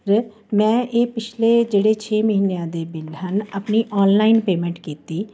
ਰ ਮੈਂ ਇਹ ਪਿਛਲੇ ਜਿਹੜੇ ਛੇ ਮਹੀਨਿਆਂ ਦੇ ਬਿੱਲ ਹਨ ਆਪਣੀ ਔਨਲਾਈਨ ਪੇਮੈਂਟ ਕੀਤੀ